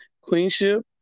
queenship